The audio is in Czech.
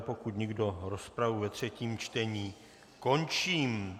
Pokud nikdo, rozpravu ve třetím čtení končím.